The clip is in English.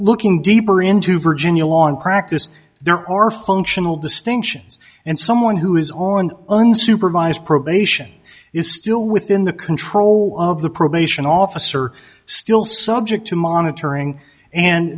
looking deeper into virginia law in practice there are functional distinctions and someone who is on unsupervised probation is still within the control of the probation officer still subject to monitoring and